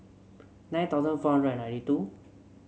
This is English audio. nine thousand four hundred ninety two